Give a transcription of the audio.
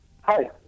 Hi